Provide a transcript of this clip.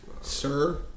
Sir